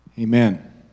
Amen